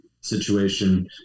situation